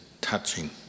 touching